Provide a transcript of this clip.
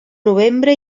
novembre